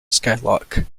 skylark